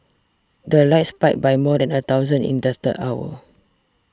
the 'likes' spiked by more than a thousand in the third hour